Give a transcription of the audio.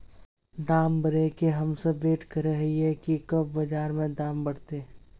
दाम बढ़े के हम सब वैट करे हिये की कब बाजार में दाम बढ़ते?